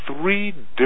three